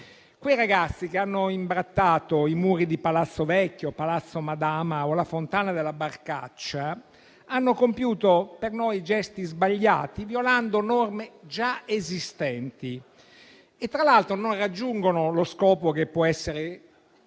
I ragazzi che hanno imbrattato i muri di Palazzo Vecchio, Palazzo Madama o la fontana della Barcaccia hanno compiuto per noi gesti sbagliati, violando norme già esistenti, e tra l'altro non raggiungono lo scopo che può essere